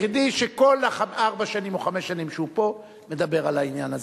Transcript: היחיד שכל ארבע השנים או חמש השנים שהוא פה מדבר על העניין הזה.